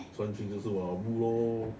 穿裙就是我 lao bu lor